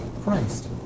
Christ